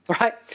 right